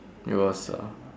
it was uh